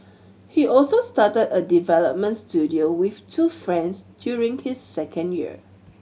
he also started a development studio with two friends during his second year